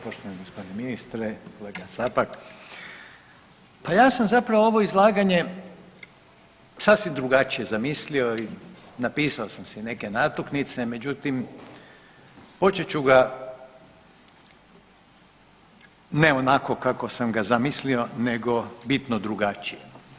Poštovani gospodine ministre, kolega Capak, pa ja sam zapravo ovo izlaganje sasvim drugačije zamislio i napisao sam si neke natuknice međutim počet ću ga ne onako kako sam ga zamislio nego bitno drugačije.